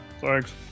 Thanks